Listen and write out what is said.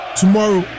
tomorrow